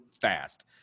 fast